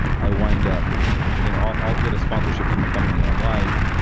i wind up you know i'll i'll get a sponsorship from a company i like,